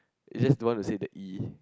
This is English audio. is just don't want to say the E